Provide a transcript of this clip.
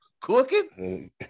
cooking